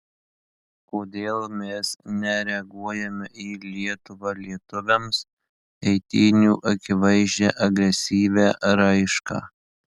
kodėl mes nereaguojame į lietuva lietuviams eitynių akivaizdžią agresyvią raišką